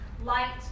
Light